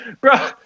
Bro